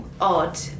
odd